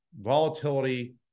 Volatility